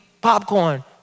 popcorn